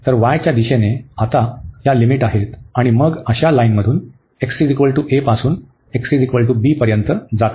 तर y च्या दिशेने आता या लिमिट आहेत आणि मग अशा लाईन xa पासून xb पर्यंत जातील